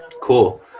Cool